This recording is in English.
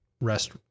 rest